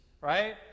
right